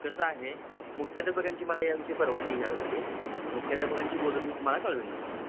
कसं आहे मुख्याध्यापकांची मला या विषयी परवानगी घ्यावी लागेल मुख्याध्यापकांशी बोलून मी तुम्हाला कळविन नक्कीच